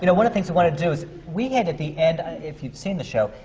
you know one of the things we wanted to do is, we had at the end if you've seen the show,